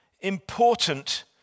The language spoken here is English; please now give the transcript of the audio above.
important